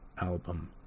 album